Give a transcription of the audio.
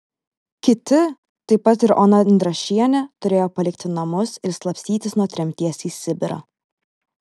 kiti taip pat ir ona indrašienė turėjo palikti namus ir slapstytis nuo tremties į sibirą